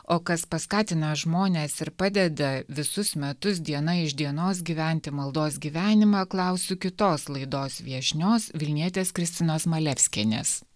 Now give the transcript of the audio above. o kas paskatina žmones ir padeda visus metus diena iš dienos gyventi maldos gyvenimą klausiu kitos laidos viešnios vilnietės kristinos malevskienės